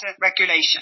regulation